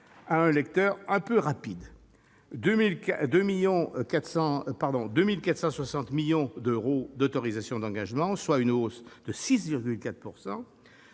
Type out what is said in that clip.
à un lecteur un peu rapide, avec 2 460 millions d'euros d'autorisations d'engagement, soit une augmentation